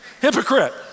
Hypocrite